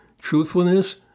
truthfulness